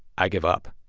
i give up.